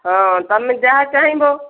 ହଁ ତମେ ଯାହା ଚାହିଁବ